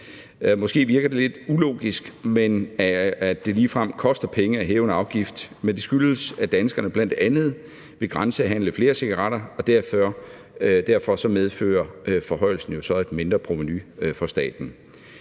Måske virker det lidt ulogisk, at det ligefrem koster penge at hæve en afgift, men det skyldes, at danskerne bl.a. vil grænsehandle flere cigaretter, og derfor medfører forhøjelsen jo et mindre provenu for staten.